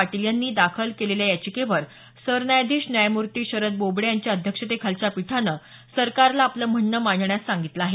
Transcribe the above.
पाटील यांनी दाखल केलेल्या याचिकेवर सरन्यायाधीश न्यायमूर्ती शरद बोबडे यांच्या अध्यक्षतेखालच्या पीठानं सरकारला आपलं म्हणणं मांडण्यास सांगितलं आहे